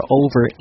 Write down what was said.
over